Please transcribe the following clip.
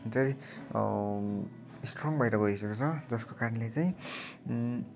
चाहिँ स्ट्रङ भएर गइसकेको छ जसको कारणले चाहिँ